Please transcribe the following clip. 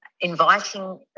inviting